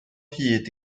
hyd